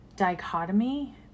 dichotomy